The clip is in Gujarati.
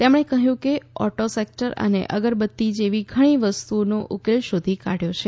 તેમણે કહ્યું કે ઓટો સેક્ટર અને અગરબત્તી જેવી ઘણી વસ્તુઓનો ઉકેલ શોધી કાઢ્યો છે